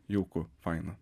jauku faina